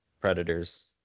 Predators